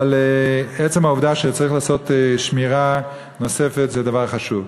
עצם העובדה שצריך לעשות שמירה נוספת, זה דבר חשוב.